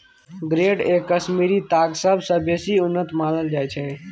grade A Kashmiri ताग सबसँ बेसी उन्नत मानल जाइ छै